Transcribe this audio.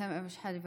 סמי אבו שחאדה,